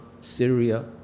Syria